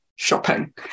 shopping